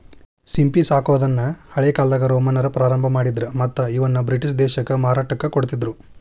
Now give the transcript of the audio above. ಸಿಂಪಿ ಸಾಕೋದನ್ನ ಹಳೇಕಾಲ್ದಾಗ ರೋಮನ್ನರ ಪ್ರಾರಂಭ ಮಾಡಿದ್ರ ಮತ್ತ್ ಇವನ್ನ ಬ್ರಿಟನ್ ದೇಶಕ್ಕ ಮಾರಾಟಕ್ಕ ಕೊಡ್ತಿದ್ರು